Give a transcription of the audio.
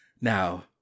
Now